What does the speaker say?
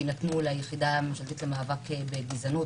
חקירה שיינתנו ליחידה הממשלתית למאבק בגזענות,